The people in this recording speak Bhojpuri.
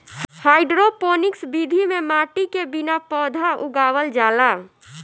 हाइड्रोपोनिक्स विधि में माटी के बिना पौधा उगावल जाला